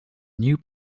new